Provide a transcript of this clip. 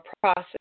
process